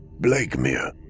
Blakemere